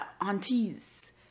aunties